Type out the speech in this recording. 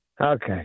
Okay